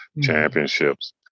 Championships